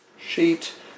Sheet